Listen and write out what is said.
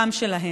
גם שלהם.